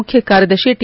ಮುಖ್ಯಕಾರ್ಯದರ್ತಿ T